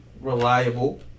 reliable